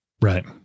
Right